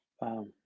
Wow